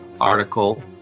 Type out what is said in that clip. article